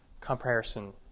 comparison